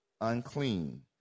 unclean